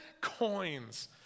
coins